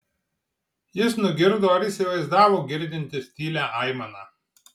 jis nugirdo ar įsivaizdavo girdintis tylią aimaną